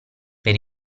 per